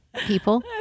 people